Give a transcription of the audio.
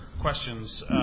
questions